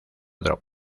drop